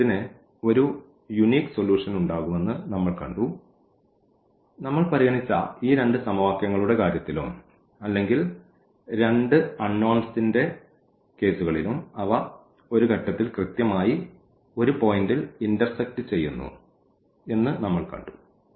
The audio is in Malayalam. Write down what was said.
സിസ്റ്റത്തിന് ഒരു യൂണിക് സൊലൂഷൻ ഉണ്ടാകുമെന്ന് നമ്മൾ കണ്ടു നമ്മൾ പരിഗണിച്ച ഈ രണ്ട് സമവാക്യങ്ങളുടെ കാര്യത്തിലും അല്ലെങ്കിൽ 2 അൺനോൺസ്ൻറെ കേസുകളിലും അവ ഒരു ഘട്ടത്തിൽ കൃത്യമായി ഒരു പോയിൻറ്ൽ ഇൻറർസെക്റ്റ് ചെയ്യുന്നു എന്ന്നമ്മൾ കണ്ടു